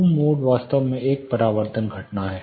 room mode वास्तव में एक परावर्तन घटना है